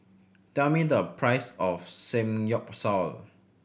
tell me the price of Samgyeopsal